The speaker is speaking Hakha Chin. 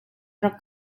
rak